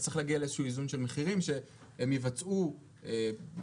אז צריך להגיע לאיזה שהוא איזון במחירים שהם יבצעו בשיח.